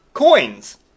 Coins